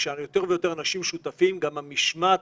והרי כשיותר ויותר אנשים שותפים גם המשמעת